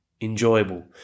enjoyable